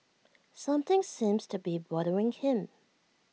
something seems to be bothering him